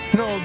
no